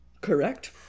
correct